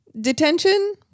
Detention